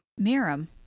Miram